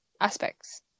aspects